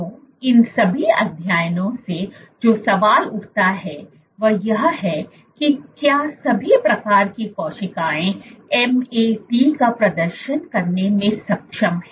तो इन सभी अध्ययनों से जो सवाल उठता है वह यह है कि क्या सभी प्रकार की कोशिकाएं MAT का प्रदर्शन करने में सक्षम हैं